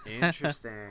Interesting